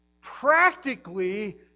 practically